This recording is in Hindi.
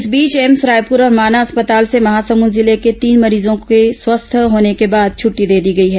इस बीच एम्स रायपुर और माना अस्पताल से महासमुद जिले के तीन मरीजों को स्वस्थ होने के बाद छुट्टी दे दी गई है